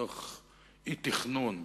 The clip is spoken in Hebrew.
מתוך אי-תכנון,